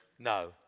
No